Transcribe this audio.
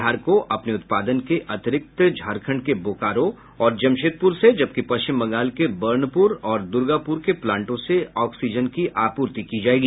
बिहार को अपने उत्पादन के अतिरिक्त झारखंड के बोकारो और जमशेदपुर से जबकि पश्चिम बंगाल के बर्नपुर औद द्र्गापुर के प्लांटों से ऑक्सीजन की आपूर्ति की जायेगी